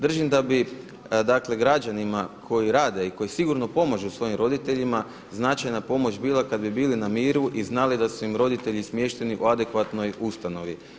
Držim da bi dakle građanima koji rade i koji sigurno pomažu svojim roditeljima značajna pomoć bila kad bi bili na miru i znali da su im roditelji smješteni u adekvatnoj ustanovi.